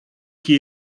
que